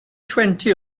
twenty